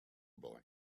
boy